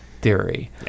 theory